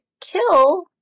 kill